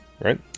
right